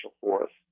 Forest